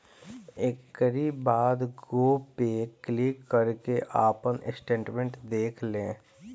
एकरी बाद go pay click करके आपन स्टेटमेंट देख लें